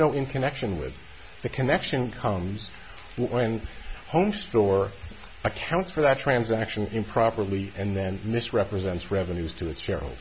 no in connection with the connection comes when home store accounts for that transaction improperly and then misrepresents revenues to